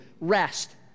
rest